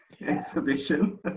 exhibition